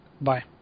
Bye